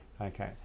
Okay